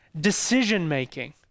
decision-making